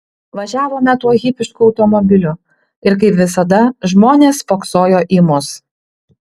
važiavome tuo hipišku automobiliu ir kaip visada žmonės spoksojo į mus